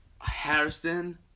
Harrison